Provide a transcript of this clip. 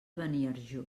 beniarjó